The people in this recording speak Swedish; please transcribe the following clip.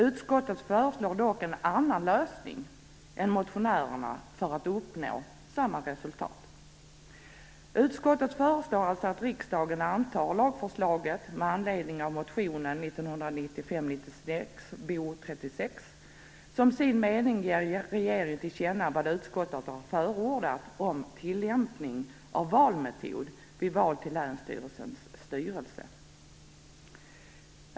Utskottet föreslår dock en annan lösning än motionärerna för att uppnå samma resultat, nämligen att riksdagen antar lagförslaget med anledning av motion 1995/96:Bo36 och att riksdagen som sin mening ger regeringen till känna vad utskottet har förordat om tillämpning av valmetod vid val till länsstyrelsens styrelse.